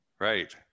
Right